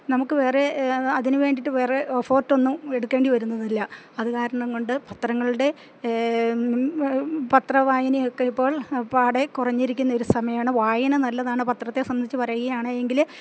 നമുക്ക് വേറെ അതിനു വേണ്ടിയിട്ട് വേറെ എഫർട്ട് ഒന്നും എടുക്കേണ്ടി വരുന്നില്ല അത് കാരണം കൊണ്ട് പത്രങ്ങളുടെ പത്രവായനയൊക്കെ ഇപ്പോൾ പാടെ കുറഞ്ഞിരിക്കുന്ന ഒരു സമയമാണ് വായന നല്ലതാണ് പത്രത്തെ സംബന്ധിച്ച് പറയുകയാണെങ്കില്